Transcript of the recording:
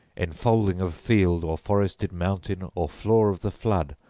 enfolding of field or forested mountain or floor of the flood,